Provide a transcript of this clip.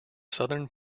southern